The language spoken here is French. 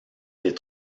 des